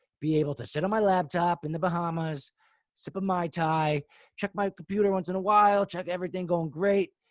be able to sit on my laptop in the bahamas sip a maitai, check my computer once in a while, check everything going great.